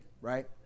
right